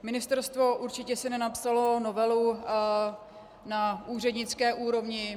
Ministerstvo si určitě nenapsalo novelu na úřednické úrovni